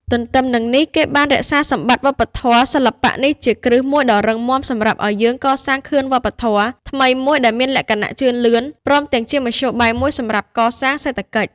ទន្ទឹមនឹងនេះ គេបាន រក្សាសម្បត្តិវប្បធម៌ សិល្បៈនេះជាគ្រឹះមួយដ៏រឹងមាំសម្រាប់ឱ្យយើងកសាងខឿនវប្បធម៌ ថ្មីមួយដែលមានលក្ខណៈជឿនលឿន ព្រមទាំងជាមធ្យោបាយមួយសម្រាប់កសាង សេដ្ឋកិច្ច។